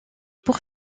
pour